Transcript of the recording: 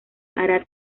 hará